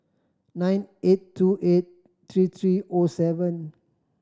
nine eight two eight three three O seven